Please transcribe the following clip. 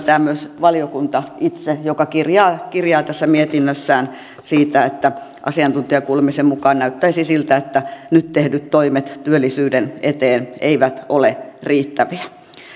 myöntää myös valiokunta itse joka kirjaa kirjaa tässä mietinnössään siitä että asiantuntijakuulemisen mukaan näyttäisi siltä että nyt tehdyt toimet työllisyyden eteen eivät ole riittäviä